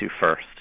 first